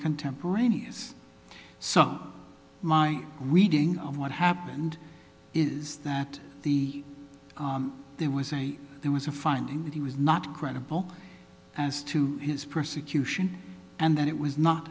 contemporaneous so my reading of what happened is that the there was a there was a finding that he was not credible as to his persecution and that it was not